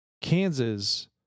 Kansas